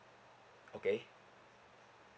okay